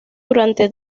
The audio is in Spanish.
durante